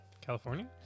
California